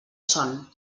son